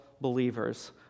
believers